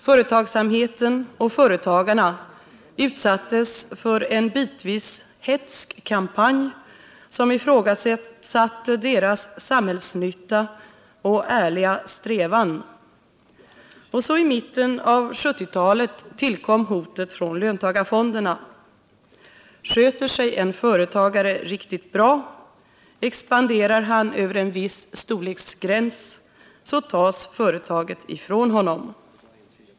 Företagsamheten och företagarna utsattes för en bitvis hätsk kampanj, som ifrågasatte deras samhällsnytta och ärliga strävan. Och så i mitten av 1970-talet tillkom hotet från löntagarfonderna. Sköter sig en företagare riktigt bra, expanderar hans företag över en viss storleksgräns, tas företaget ifrån honom.